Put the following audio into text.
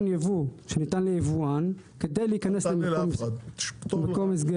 יבוא שניתן ליבואן כדי להיכנס למקום הסגר.